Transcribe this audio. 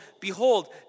Behold